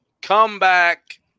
comeback